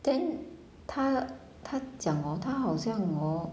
then 她她讲 orh 她好像 orh